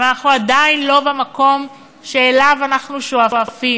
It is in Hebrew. אבל אנחנו עדיין לא במקום שאליו אנחנו שואפים.